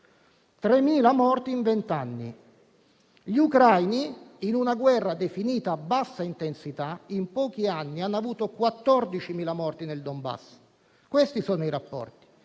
3.000 morti in vent'anni. Gli ucraini, in una guerra definita a bassa intensità, in pochi anni hanno avuto 14.000 morti nel Donbass: questi sono i rapporti.